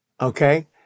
Okay